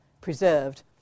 preserved